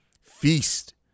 Feast